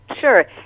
Sure